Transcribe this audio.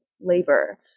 labor